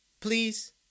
Please